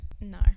No